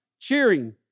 cheering